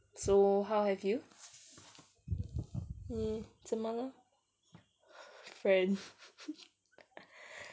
so how have you mm 怎么了 friend